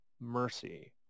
mercy